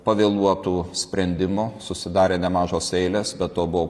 pavėluotų sprendimų susidarė nemažos eilės be to buvo